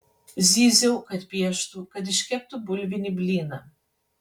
zyziau kad pieštų kad iškeptų bulvinį blyną